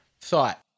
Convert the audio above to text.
thought